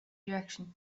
direction